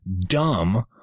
dumb